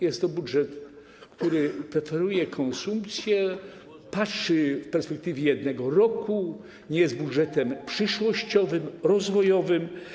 Jest to budżet, który preferuje konsumpcję, patrzy w perspektywie jednego roku, nie jest budżetem przyszłościowym, rozwojowym.